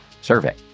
survey